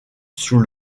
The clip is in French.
sous